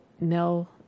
Mel